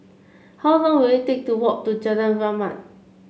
how long will it take to walk to Jalan Rahmat